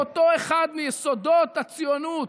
-- באותו אחד מיסודות הציונות.